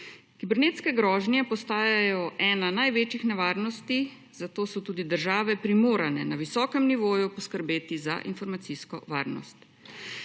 Kibernetske grožnje postajajo ena največjih nevarnosti, zato so tudi države primorane na visokem nivoju poskrbeti za informacijsko varnost.